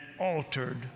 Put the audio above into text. altered